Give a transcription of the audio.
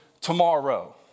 tomorrow